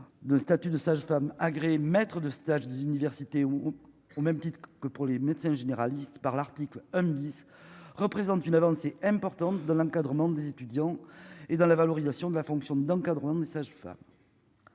de statut de sage femme agréée maître de stage, des universités ou au même titre que pour les médecins généralistes par l'article 1 représente une avancée importante de l'encadrement des étudiants et dans la valorisation de la fonction de d'encadrement, sages-femmes,